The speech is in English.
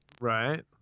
Right